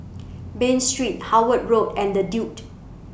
Bain Street Howard Road and The Duke